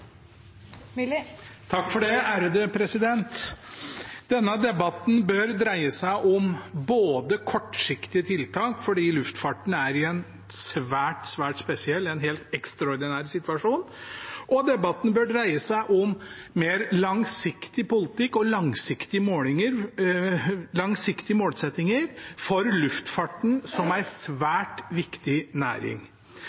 grunnlag for videreutvikling av en viktig infrastruktur for Norge. Denne debatten bør dreie seg om kortsiktige tiltak, fordi luftfarten er i en svært spesiell og helt ekstraordinær situasjon, og debatten bør dreie seg om mer langsiktig politikk og langsiktige målsettinger for luftfarten, som